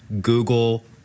Google